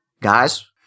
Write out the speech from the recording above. Guys